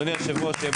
אדוני היושב-ראש, שיהיה